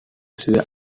swear